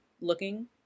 looking